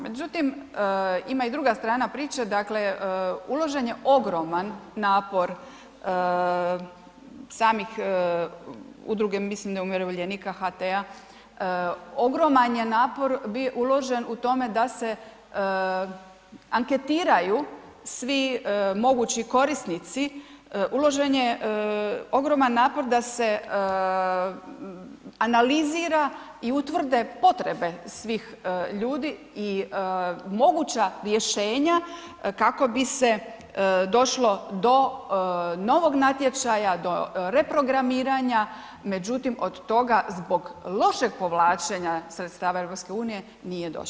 Međutim, ima i druga strana priče, dakle, uložen je ogroman napor samih udruge, mislim umirovljenika HT-a ogroman je napor uložen u tome, da se anketiraju svi mogući korisnici, uložen je ogroman napor, da se analizira i utvrde potrebe svih ljudi i moguća rješenja kako bi se došlo do novog natječaja, do reprogramiranja, međutim, od toga, zbog lošeg povlačenja sredstava EU nije došlo.